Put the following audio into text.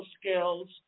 skills